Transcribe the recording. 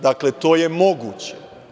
Dakle, to je moguće.